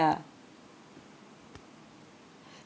ya